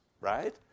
Right